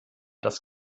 das